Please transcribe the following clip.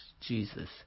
Jesus